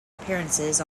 appearances